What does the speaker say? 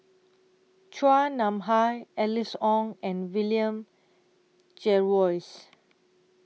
Chua Nam Hai Alice Ong and William Jervois